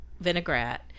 vinaigrette